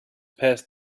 passed